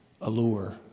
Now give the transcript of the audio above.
allure